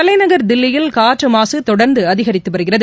தலைநகர் தில்லியில் காற்றுமாசு தொடர்ந்து அதிகரித்து வருகிறது